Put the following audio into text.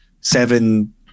seven